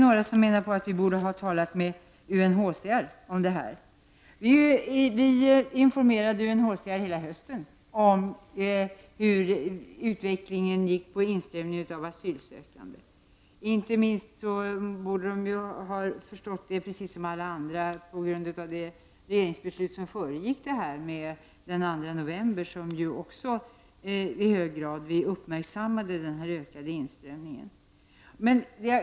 Några menar att vi borde ha talat med UNHCR om det här. Vi informerade UNHCR hela hösten om hur utvecklingen gick och om inströmningen av asylsökande. Inte minst borde de ha förstått hur det låg till, precis som alla andra, på grund av det regeringsbeslut som fattades den 2 november och som också i hög grad uppmärksammade den ökade inströmningen.